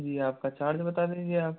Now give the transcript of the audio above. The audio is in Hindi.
जी आपका चार्ज बता दीजिए आप